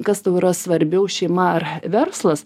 kas tau yra svarbiau šeima ar verslas